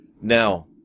Now